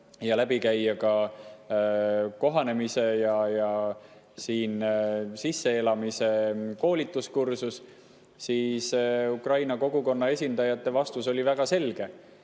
ja käia ka kohanemise ja siin sisseelamise koolituskursustel. Ukraina kogukonna esindajate vastus oli väga selge: